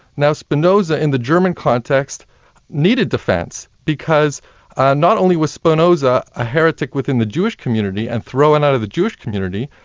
now, spinoza in the german context needed defence because not only was spinoza a heretic within the jewish community and thrown out of the jewish community,